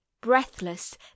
breathless